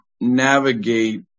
navigate